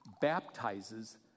baptizes